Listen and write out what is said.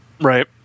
Right